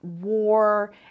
war